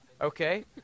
Okay